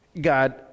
God